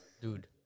Dude